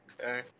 Okay